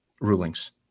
rulings